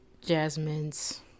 Jasmine's